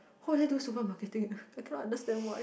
who is this do supermarketing I cannot understand why